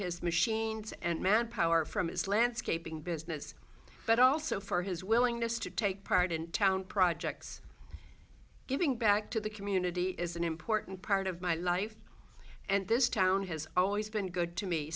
his machines and manpower from his landscaping business but also for his willingness to take part in town projects giving back to the community is an important part of my life and this town has always been good to me